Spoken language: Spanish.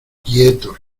quietos